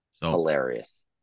Hilarious